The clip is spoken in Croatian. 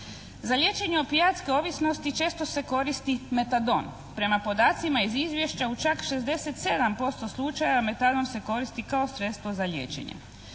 Za liječenje opijatske ovisnosti često se koristi metadon. Prema podacima iz izvješća u čak 67% slučajeva metadon se koristi kao sredstvo za liječenje.